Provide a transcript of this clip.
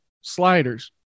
sliders